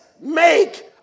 Make